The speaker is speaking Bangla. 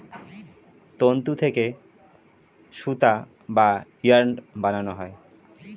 তন্তু থেকে সুতা বা ইয়ার্ন বানানো হয়